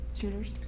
shooters